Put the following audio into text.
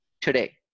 today